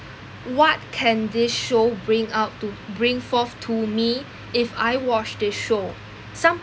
what can this show bring out to bring forth to me if I watch this show some